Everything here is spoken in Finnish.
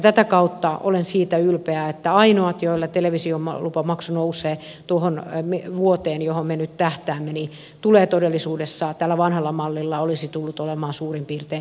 tätä kautta olen ylpeä siitä että ainoiden joilla tele visiolupamaksu nousee tuona vuonna johon me nyt tähtäämme maksu olisi todellisuudessa tällä vanhalla mallilla tullut olemaan suurin piirtein saman verran